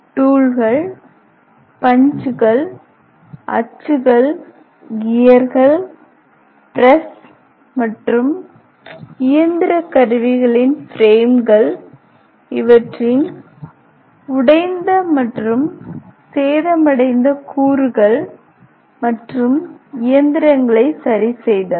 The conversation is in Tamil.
டூல்கள் பஞ்சுகள் அச்சுக்கள் கியர்கள் பிரஸ் மற்றும் இயந்திர கருவிகளின் ஃபிரேம்கள் இவற்றின் உடைந்த மற்றும் சேதமடைந்த கூறுகள் மற்றும் இயந்திரங்களை சரிசெய்தல்